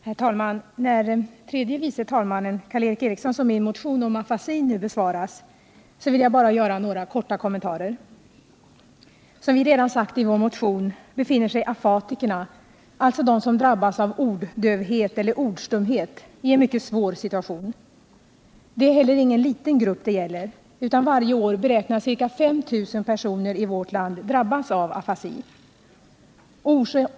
Herr talman! När tredje vice talmannen Karl Erik Erikssons och min motion om afasi nu besvaras, vill jag bara göra några korta kommentarer. Som vi redan sagt i vår motion befinner sig afatikerna — alltså de som drabbats av orddövhet eller ordstumhet — i en mycket svår situation. Det är heller ingen liten grupp det gäller, utan varje år beräknas ca 5 000 personer i vårt land drabbas av afasi.